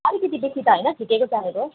अलिकति बेसी त होइन ठिकैको चाहिएको